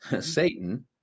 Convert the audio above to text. Satan